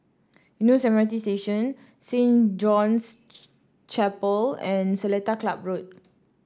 Eunos M R T Station Saint John's Chapel and Seletar Club Road